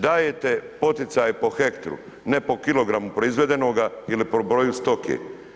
Dajte poticaje po hektru ne po kilogramu proizvedenoga ili po broju stoke.